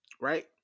Right